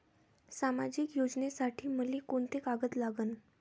सामाजिक योजनेसाठी मले कोंते कागद लागन?